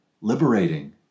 liberating